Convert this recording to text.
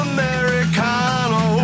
Americano